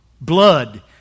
Blood